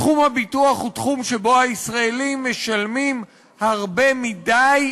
תחום הביטוח הוא תחום שבו הישראלים משלמים הרבה מדי,